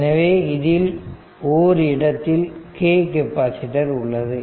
எனவே இதில் ஓர் இடத்தில் k கெப்பாசிட்டர் உள்ளது